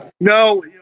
No